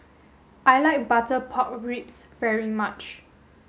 I like butter pork ribs very much